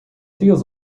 deals